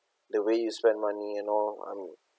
the way you spend money and all I mean